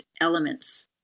elements